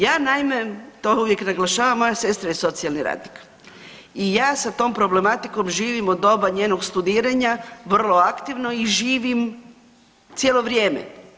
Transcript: Ja naime to uvijek naglašavam moja sestra je socijalni radnik i ja sa tom problematikom živim od doba njenog studiranja vrlo aktivno i živim cijelo vrijeme.